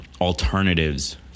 alternatives